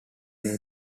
navy